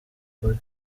kuri